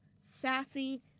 sassy